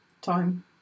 time